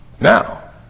Now